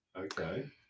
Okay